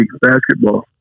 basketball